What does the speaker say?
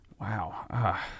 Wow